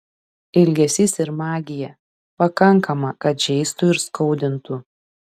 ilgesys ir magija pakankama kad žeistų ir skaudintų